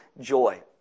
joy